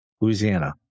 Louisiana